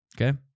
Okay